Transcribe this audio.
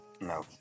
No